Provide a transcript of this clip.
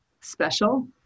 special